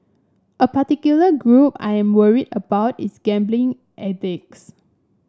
a particular group I am worried about is gambling addicts